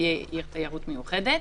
שתהיה עיר תיירות מיוחדת,